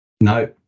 No